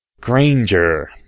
Granger